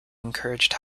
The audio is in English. encouraged